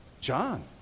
John